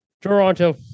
Toronto